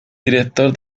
director